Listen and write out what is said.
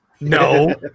No